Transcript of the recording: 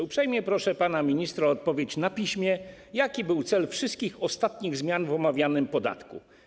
Uprzejmie proszę pana ministra o odpowiedź na piśmie: Jaki był cel wszystkich ostatnich zmian w omawianym podatku?